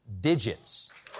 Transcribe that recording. digits